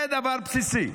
זה דבר בסיסי.